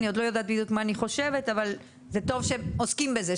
אני עוד לא יודעת בדיוק מה אני חושבת אבל זה טוב שעוסקים בזה,